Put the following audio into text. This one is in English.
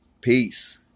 Peace